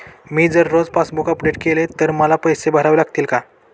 मी जर रोज passbook update केले तर मला पैसे भरावे लागतील का?